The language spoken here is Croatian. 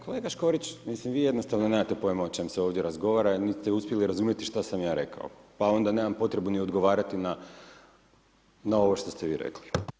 Kolega Škorić, mislim, vi jednostavno nemate pojma o čem se ovdje razgovara, niti ste uspjeli razumjeti šta sam ja rekao, pa onda nemam potrebu niti odgovarati na ovo što ste vi rekli.